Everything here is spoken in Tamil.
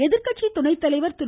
எதிர்கட்சி துணைத்தலைவர் திரு